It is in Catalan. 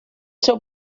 seu